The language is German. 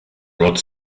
rod